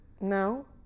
No